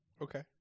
Okay